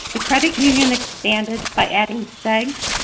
the credit union expanded by adding segs,